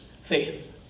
faith